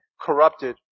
corrupted